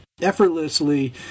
effortlessly